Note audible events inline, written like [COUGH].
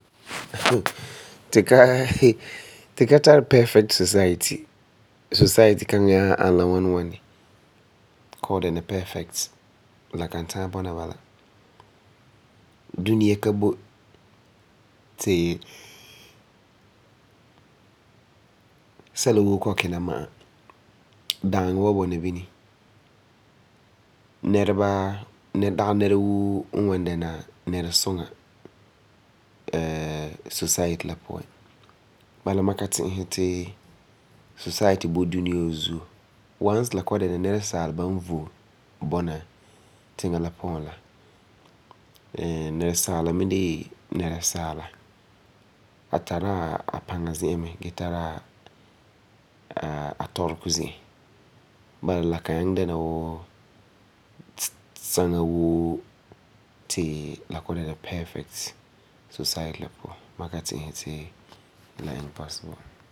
[HESITATION] ti ka [LAUGHS] ti ka tari perfect society, society kaŋa nyaa ani la ŋwani ŋwani kɔ'ɔm dɛna perfect. Lankan kan ta'am dɛna n bala. Duneya ka boi ti sɛla woo kɔ'ɔm kina ma'a, daaŋɔ wa bɔna bini. Nɛreba, dagi nɛra woo n wan dɛna nɛresuŋa [HESITATION] society la puan. Bala ma ka ti'isɛ ti society boi duneya wa zuo once ti la kɔ'ɔm dɛna nɛresaala n boi bɔna tiŋa la puan la. Bala, la kan nyaŋɛ wuu saŋa woo ti la kɔ'ɔm dɛna perfect society la puan. Ma ka ti'isɛ ti la iŋɛ possible.